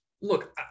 look